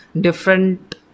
different